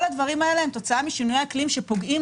כל הדברים האלה הם תוצאה משינויי אקלים שפוגעים